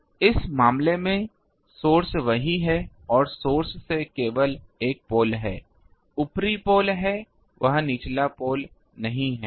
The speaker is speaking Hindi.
तो इस मामले में सोर्स वहाँ है और सोर्स से केवल एक पोल है ऊपरी पोल है वहाँ निचला पोल नहीं है